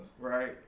right